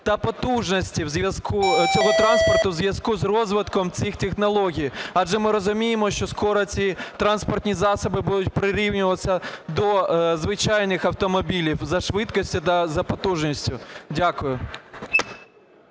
та потужності цього транспорту в зв'язку з розвитком цих технологій. Адже ми розуміємо, що скоро ці транспортні засоби будуть прирівнюватися до звичайних автомобілів за швидкістю та за потужністю. Дякую.